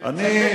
תצטט,